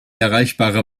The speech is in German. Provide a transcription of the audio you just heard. erreichbare